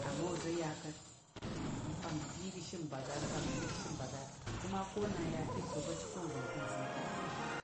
"Amma ozo ya kat. Ng pa bi kən shi ng "bagar" ng pa bi kən shi ng "bagar" ka ma ko na ng ya a "text" ozo ko ngvəng pa ng zəng kat.